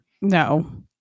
no